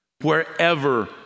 wherever